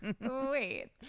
wait